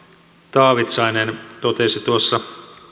taavitsainen totesi tuossa